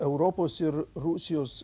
europos ir rusijos